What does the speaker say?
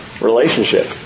Relationship